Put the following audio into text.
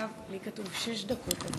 לי כתוב שש דקות.